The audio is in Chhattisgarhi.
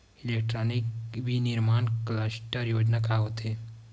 इलेक्ट्रॉनिक विनीर्माण क्लस्टर योजना का होथे?